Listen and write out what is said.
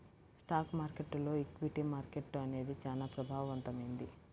stock మార్కెట్టులో equity market అనేది చానా ప్రభావవంతమైంది